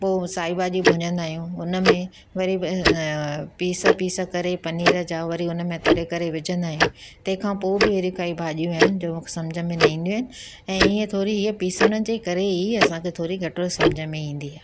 पोइ साई भाॼी भुञंदा आहियूं उन में वरी पीस पीस करे पनीर जा वरी उन में तरे करे विझंदा आहियूं तंहिंखां पोइ बि अहिड़ी काई भाॼियूं आहिनि जो सम्झि में न ईंदियूं आहिनि ऐं इहा थोरी पीसण जे करे ई असांखे थोरी घटि वधि सम्झि में ईंदी